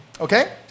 okay